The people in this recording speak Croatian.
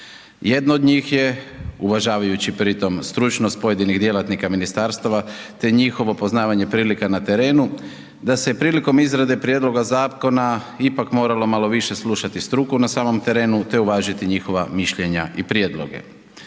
Jedno od njih je uvažavajući pri tom stručnost pojedinih djelatnika ministarstava te njihovo poznavanje prilika na terenu da se prilikom izrade prijedloga zakona ipak moralo malo više slušati struku na samom terenu te uvažiti njihova mišljenja i prijedloge.